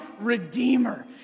redeemer